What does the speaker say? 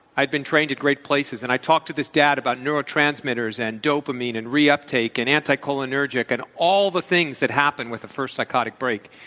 i had been trained at great places. and i talked to this dad about neurotransmitters and dopamine and re-uptake and anticholinergic and all the things that happened with the first psychotic break.